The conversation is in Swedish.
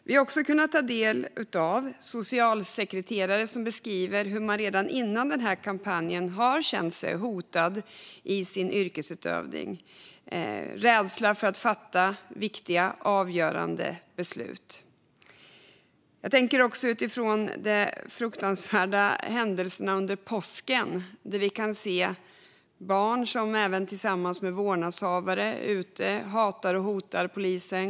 Vi har också kunnat ta del av beskrivningar från socialsekreterare som berättar hur de redan före denna kampanj har känt sig hotade i sin yrkesutövning. De har känt rädsla för att fatta viktiga och avgörande beslut. Under de fruktansvärda händelserna under påsken kunde vi se barn som även tillsammans med vårdnadshavare var ute och hatade och hotade polisen.